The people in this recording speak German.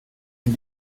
ihm